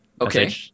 Okay